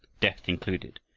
death included,